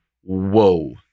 whoa